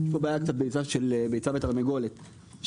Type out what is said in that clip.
יש פה בעיה של ביצה ותרנגולת שחברות